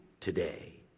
today